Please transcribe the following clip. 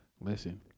Listen